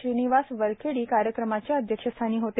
श्रीनिवास वरखेडी कार्यक्रमाच्या अध्यक्षस्थानी होते